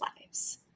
lives